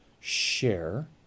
share